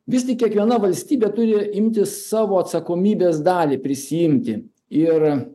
vis tik kiekviena valstybė turi imtis savo atsakomybės dalį prisiimti ir